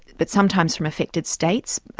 but sometimes from affected states.